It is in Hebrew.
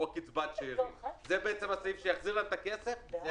או קצבת שארים זה בעצם הסעיף שיחזיר להם את הכסף או לא?